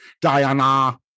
Diana